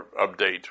update